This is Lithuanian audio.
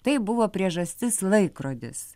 tai buvo priežastis laikrodis